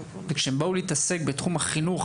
וכשהם באו להתעסק בתחום החינוך,